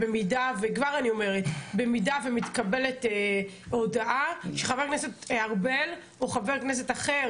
במידה ומתקבלת הודעה של חבר הכנסת ארבל או חבר כנסת אחר,